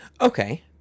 Okay